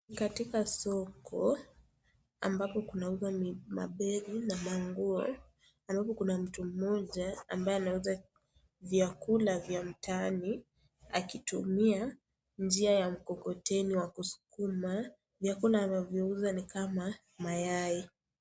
Katika soko ambapo kunauzwa mabeli na manguo halafu kuna mtu mmoja ambaye anakula vyakula vya mtaani akitumia njia ya mkokoteni ya kuskuma vifaa vinavyouzwa ni kama mayai.